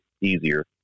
easier